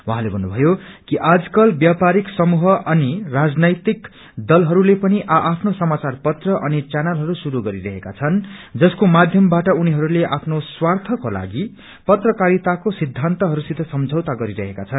उहाँले भन्नुभयो कि आजकल ब्यापारिक समूह अनि राजनैतिक दलहरूले पनि आ आफ्नो समाचार पत्र अनि चैनलहरू शुरू गरिरहेको छन् जसको माध्यमबाट उनीहरूले आफ्नो स्वार्थकोलागि पत्रकारिताको सिद्धान्तहरूसित सम्झौता गरिरहेका छन्